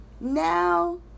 Now